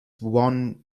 won